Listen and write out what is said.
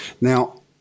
now